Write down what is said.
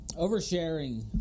Oversharing